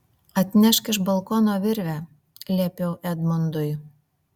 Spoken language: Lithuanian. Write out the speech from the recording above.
atnešk iš balkono virvę liepiau edmundui